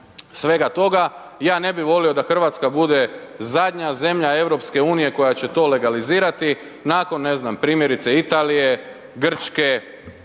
svega toga. Ja ne bi volio da RH bude zadnja zemlja EU koja će to legalizirati, nakon ne znam, primjerice Italije, Grčke,